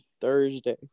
Thursday